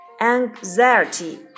Anxiety